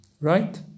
right